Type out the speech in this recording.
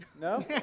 No